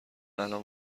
الان